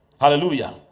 hallelujah